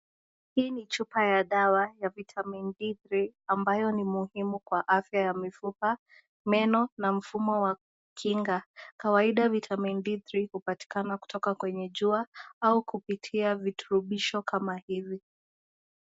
hii ni chupa ya dawa ya vitamin D3 ambayo ni muhimu kwa afya ya mifupa, meno na mifumo aa kukinga kawaida vitami D3 upatikana kutoka kwenye jua au kupitia viturubisho kama hizi.